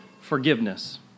forgiveness